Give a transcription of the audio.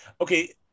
Okay